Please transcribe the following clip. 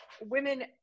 women